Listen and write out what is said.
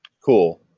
Cool